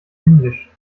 himmlisch